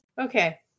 okay